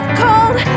cold